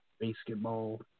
Basketball